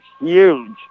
huge